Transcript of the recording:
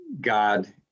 God